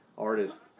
Artist